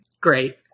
Great